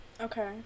Okay